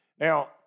Now